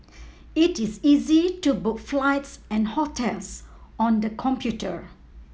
it is easy to book flights and hotels on the computer